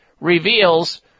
reveals